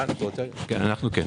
אנחנו כן.